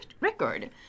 record